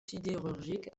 sidérurgiques